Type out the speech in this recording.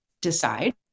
decide